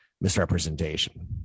misrepresentation